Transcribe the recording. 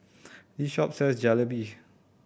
this shop sells Jalebi